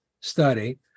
study